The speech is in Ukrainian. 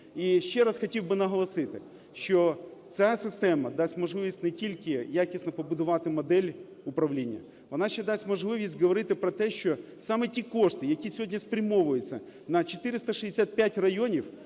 ще раз хотів би наголосити, що ця система дасть можливість не тільки якісно побудувати модель управління, вона ще дасть можливість говорити про те, що саме ті кошти, які сьогодні спрямовуються на 465 районів,